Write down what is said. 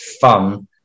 fun